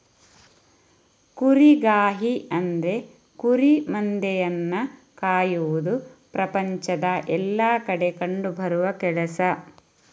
ಕುರಿಗಾಹಿ ಅಂದ್ರೆ ಕುರಿ ಮಂದೆಯನ್ನ ಕಾಯುವುದು ಪ್ರಪಂಚದ ಎಲ್ಲಾ ಕಡೆ ಕಂಡು ಬರುವ ಕೆಲಸ